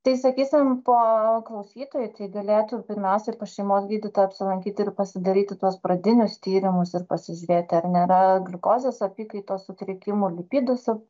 tai sakysim po klausytojai tai galėtų pirmiausia ir pas šeimos gydytoją apsilankyt ir pasidaryti tuos pradinius tyrimus ir pasižiūrėti ar nėra gliukozės apykaitos sutrikimų lipiduose